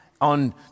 on